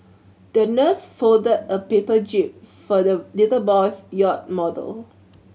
the nurse folded a paper jib for the little boy's yacht model